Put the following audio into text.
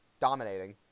dominating